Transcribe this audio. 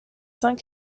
saints